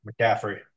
McCaffrey